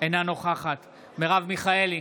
אינה נוכחת מרב מיכאלי,